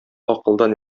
акылдан